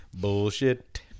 Bullshit